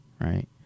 Right